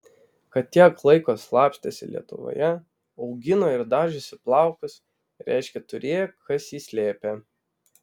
kad tiek laiko slapstėsi lietuvoje augino ir dažėsi plaukus reiškia turėjo kas jį slėpė